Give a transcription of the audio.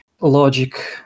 logic